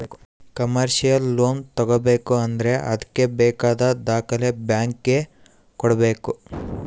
commercial loan ತಗೋಬೇಕು ಅಂದ್ರೆ ಅದ್ಕೆ ಬೇಕಾದ ದಾಖಲೆ ಬ್ಯಾಂಕ್ ಗೆ ಕೊಡ್ಬೇಕು